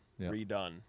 redone